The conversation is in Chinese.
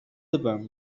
日本